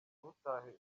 ntutahe